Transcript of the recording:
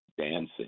dancing